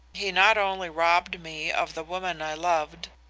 he not only robbed me of the woman i loved,